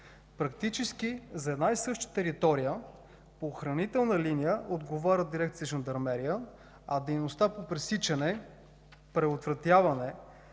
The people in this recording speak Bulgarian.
Практически за една и съща територия по охранителна линия отговаря дирекция „Жандармерия”, а дейността по пресичане, предотвратяване,